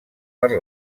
per